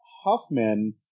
huffman